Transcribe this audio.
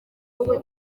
wowe